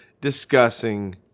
discussing